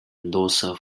endorser